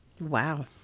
Wow